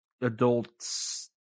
adults